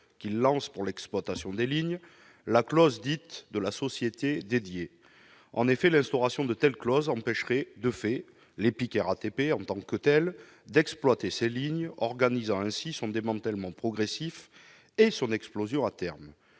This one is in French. qu'il lance pour l'exploitation des lignes la clause dite de la « société dédiée ». En effet, l'instauration de telles clauses empêcherait de fait l'EPIC RATP, en tant que tel, d'exploiter ces lignes, organisant ainsi son démantèlement progressif et, à terme,